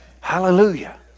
Hallelujah